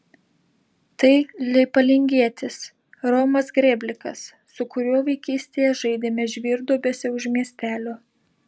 tai leipalingietis romas grėblikas su kuriuo vaikystėje žaidėme žvyrduobėse už miestelio